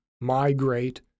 migrate